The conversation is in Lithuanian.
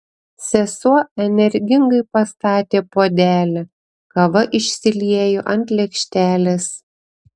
sesuo energingai pastatė puodelį kava išsiliejo ant lėkštelės